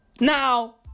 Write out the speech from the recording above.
Now